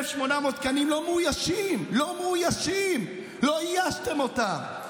1,800 תקנים לא מאוישים, לא איישתם אותם.